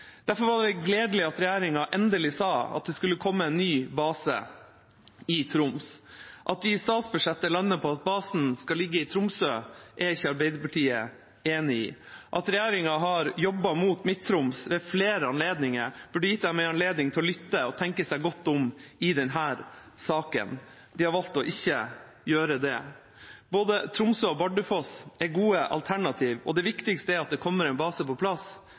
Derfor var det gledelig at regjeringa endelig sa at det skulle komme en ny base i Troms. At de i statsbudsjettet landet på at basen skal ligge i Tromsø, er ikke Arbeiderpartiet enig i. At regjeringa har jobbet mot Midt-Troms ved flere anledninger, burde gitt dem en anledning til å lytte og tenke seg godt om i denne saken. De har valgt ikke å gjøre det. Både Tromsø og Bardufoss er gode alternativer, og det viktigste er at det kommer en base på plass,